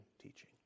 teaching